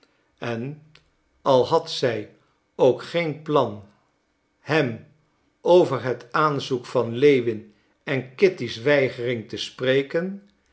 en al had zij ook geen plan hem over het aanzoek van lewin en kitty's weigering te spreken